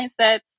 mindsets